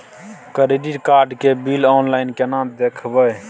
Credit card के bill online केना देखबय?